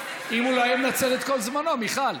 אם הוא לא היה מנצל את כל זמנו, מיכל.